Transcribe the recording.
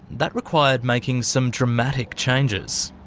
that required making some dramatic changes.